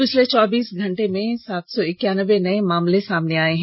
पिछले चौबीस घंटे में सात सौ इक्कानवे नये मामले सामने आये हैं